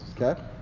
Okay